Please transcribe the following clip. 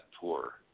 tour